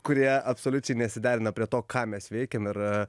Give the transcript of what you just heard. kurie absoliučiai nesiderina prie to ką mes veikiam ir